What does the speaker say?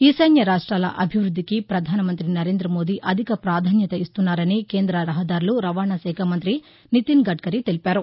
ఈశాన్య రాష్ట్లెల అభివృద్దికి ప్రధానమంతి నరేంద్ర మోదీ అధిక ప్రాధాన్యత ఇస్తున్నారని కేంద్ర రహదారులు రవాణ శాఖ మంతి నితిన్ గడ్కరీ తెలిపారు